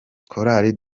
chorale